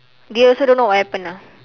they also don't know what happened ah